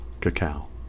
cacao